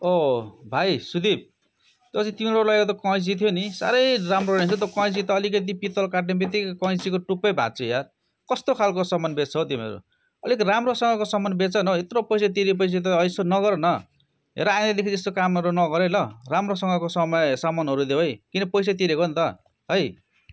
ओ भाइ सुदिप त्यो अस्ति तिमीहरूकोबाट लगेको त्यो कैँची थियो नि साह्रै राम्रो रहेनछ त्यो कैँची त अलिकति पितल काट्ने बित्तिकै कैँचीको टुप्पै भाँच्यो यार कस्तो खालको सामान बेच्छ हौ तिमीहरू अनि राम्रोसँगको सामान बेचन हो यत्रो पैसा तिऱ्यो पछि त यसो नगर न हेर आएदेखि यस्तो कामहरू नगरै ल राम्रोसँगको समय सामानहरू देऊ है किन पैसा तिरेको नि त है